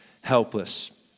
helpless